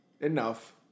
enough